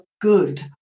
good